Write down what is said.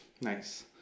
Nice